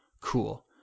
Cool